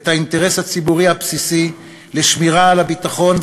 האינטרס הציבורי הבסיסי לשמירה על הביטחון,